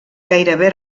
gairebé